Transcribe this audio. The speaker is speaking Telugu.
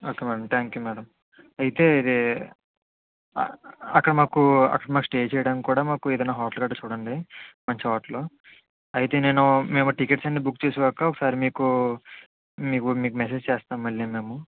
okay madam thank you madam అయితే ఇది అక్కడ మాకు అక్కడ మాకు స్టే చేయడానికి కూడా మాకు ఏదైనా హోటల్ గట్టా కూడా చూడండి మంచి హోటల్ అయితే నేను మేము టికెట్స్ అన్నీ బుక్ చేసుకున్నాకా ఒకసారి మీకు మీకు మీకు మెసేజ్ చేస్తాము మళ్ళీ మేము